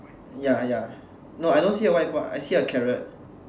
ya ya no I don't see a white board I see a carrot